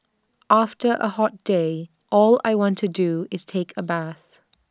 after A hot day all I want to do is take A bath